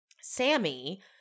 Sammy